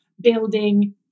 building